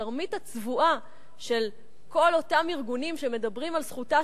התרמית הצבועה של כל אותם ארגונים שמדברים על זכותה